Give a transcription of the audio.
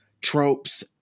tropes